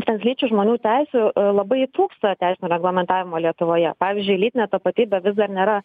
translyčių žmonių teisių labai trūksta teisinio reglamentavimo lietuvoje pavyzdžiui lytinė tapatybė vis dar nėra